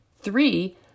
Three